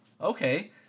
okay